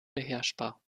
beherrschbar